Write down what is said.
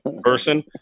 person